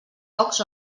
pocs